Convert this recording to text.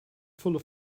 full